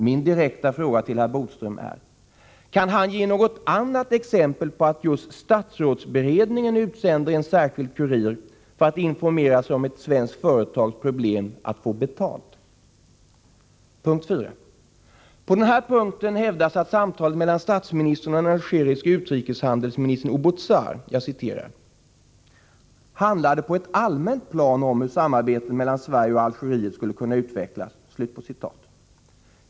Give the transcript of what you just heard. Min direkta fråga till herr Bodström är: Kan han ge något annat exempel på att just statsrådsberedningen utsänder en särskild kurir för att informera sig om ett svenskt företags problem att få betalt? Fråga 4: På denna punkt hävdas att samtalet mellan statsministern och den algeriske utrikeshandelsministern Oubouzar ”handlade på ett allmänt plan om hur samarbetet mellan Sverige och Algeriet skulle kunna utvecklas”.